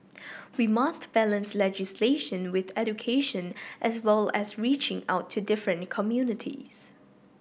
we must balance legislation with education as well as reaching out to different communities